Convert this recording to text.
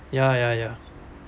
ya ya ya